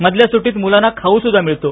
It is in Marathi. मधल्या सुट्टीत मुलांना खाऊ सुद्धा मिळतो